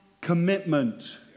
commitment